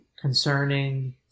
concerning